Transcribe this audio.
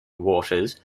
waters